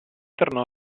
tornò